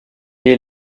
est